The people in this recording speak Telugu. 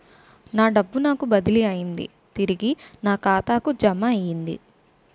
నా డబ్బు నాకు బదిలీ అయ్యింది తిరిగి నా ఖాతాకు జమయ్యింది